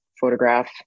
photograph